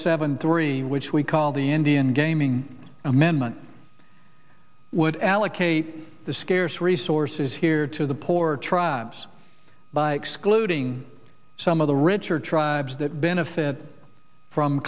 seven three which we call the indian gaming amendment would allocate scarce resources here to the poor tribes by excluding some of the richer tribes that benefit from